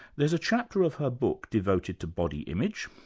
there's a chapter of her book devoted to body image.